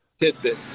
tidbit